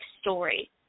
story